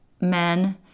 men